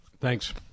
Thanks